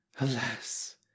Alas